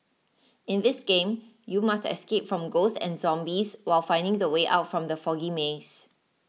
in this game you must escape from ghosts and zombies while finding the way out from the foggy maze